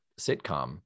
sitcom